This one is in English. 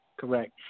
Correct